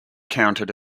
counted